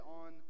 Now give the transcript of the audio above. on